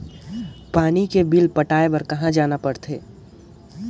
पानी के बिल पटाय बार कहा जाना पड़थे?